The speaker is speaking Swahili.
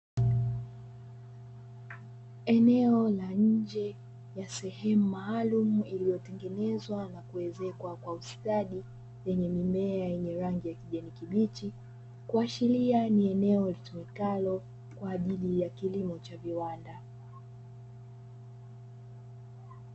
Eneo la nje ya sehemu maalum iliyotengenezwa na kuwekwa kwa ustadi, yenye mimea yenye rangi ya kijani kibichi, kuashiria ni eneo litumikalo kwa ajili ya kilimo cha viwanda.